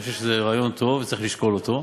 אני חושב שזה רעיון טוב וצריך לשקול אותו.